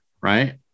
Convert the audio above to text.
right